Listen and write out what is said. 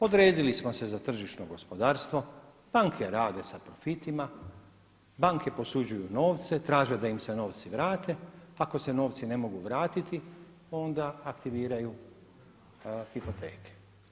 Odredili smo se za tržišno gospodarstvo, banke rade sa profitima, banke posuđuju novce, traže da im se novci vrate, ako se novci ne mogu vratiti onda aktiviraju hipoteke.